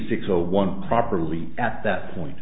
six one properly at that point